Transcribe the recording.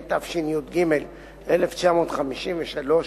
התשי"ג 1953,